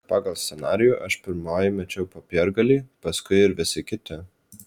pagal scenarijų aš pirmoji mečiau popiergalį paskui ir visi kiti